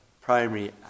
primary